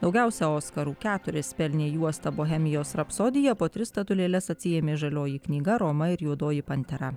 daugiausia oskarų keturis pelnė juosta bohemijos rapsodija po tris statulėles atsiėmė žalioji knyga roma ir juodoji pantera